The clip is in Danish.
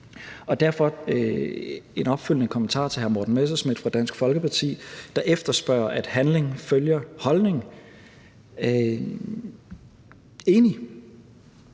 jeg en opfølgende kommentar til hr. Morten Messerschmidt fra Dansk Folkeparti, der efterspørger, at handling følger holdning. Jeg